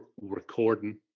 recording